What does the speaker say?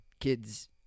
kids